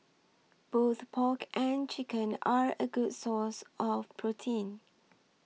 both pork and chicken are a good source of protein